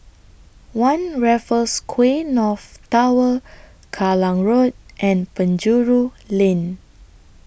one Raffles Quay North Tower Kallang Road and Penjuru Lane